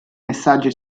messaggi